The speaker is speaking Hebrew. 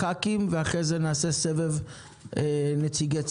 ח"כים ואחר כך נעשה סבב נציגי ציבור.